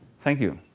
thank you.